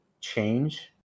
change